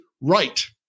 right